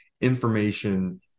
information